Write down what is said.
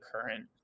current